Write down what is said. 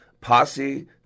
posse